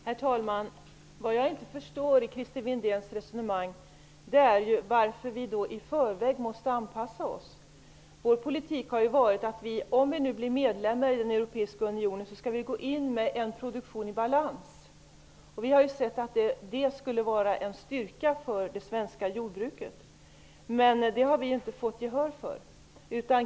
Herr talman! Det jag inte förstår med Christer Windéns resonemang är varför vi i förväg måste anpassa oss. Socialdemokraternas politik har ju varit att om vi blir medlemmar i den europeiska unionen skall vi gå in i den med en produktion i balans. Vi ha ansett att det skulle vara en styrka för det svenska jordbruket, men den ståndpunkten har vi inte fått gehör för.